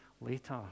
later